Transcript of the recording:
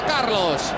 Carlos